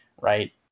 right